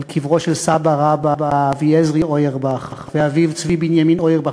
על קברו של סבא-רבא אביעזרי אויערבך ואביו צבי בנימין אויערבך,